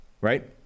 right